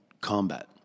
combat